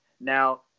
Now